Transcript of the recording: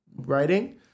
writing